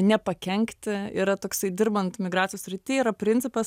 nepakenkti yra toksai dirbant migracijos srity yra principas